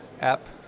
app